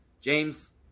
James